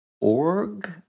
org